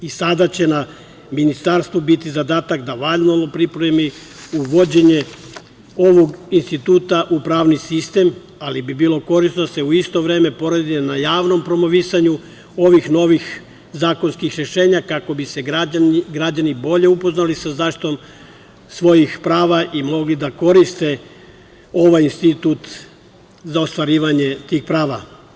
Sada će na Ministarstvu biti zadatak da valjano ovo pripremi, uvođenje ovog instituta u pravni sistem, ali bi bilo korisno da se u isto vreme poradi na javnom promovisanju ovih novih zakonskih rešenja, kako bi se građani bolje upoznali sa zaštitom svojih prava i mogli da koriste ovaj institut za ostvarivanje tih prava.